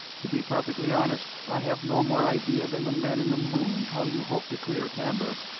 to be perfectly honest, i have no more idea than the man in the moon how you hope to clear camber.